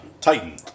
Titan